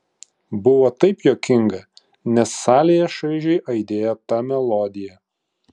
buvo taip juokinga nes salėje šaižiai aidėjo ta melodija